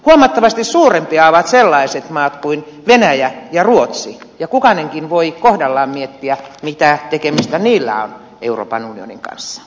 huomattavasti suurempia ovat sellaiset maat kuin venäjä ja ruotsi ja kukainenkin voi kohdallaan miettiä mitä tekemistä niillä on euroopan unionin kanssa